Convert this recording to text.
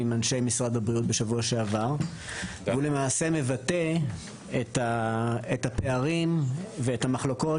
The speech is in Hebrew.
עם אנשי משרד הבריאות בשבוע שעבר והוא מבטא את הפערים ואת המחלוקות